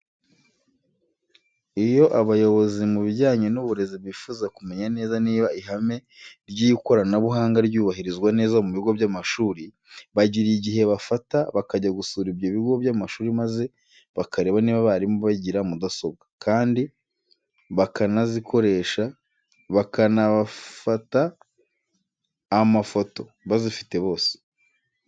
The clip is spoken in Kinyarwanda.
Iyo abayobozi mu bijyanye n'uburezi bifuza kumenya neza niba ihame ry'ikoranabuhanga ryubahirizwa neza mu bigo by'amashuri, bagira igihe bafata bakajya gusura ibyo bigo by'amashuri maze bakareba niba abarimu bagira mudasobwa, kandi bakanazikoresha bakanabafata amafoto bazifite bose.